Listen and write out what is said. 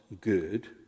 good